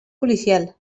policial